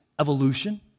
evolution